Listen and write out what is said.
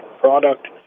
product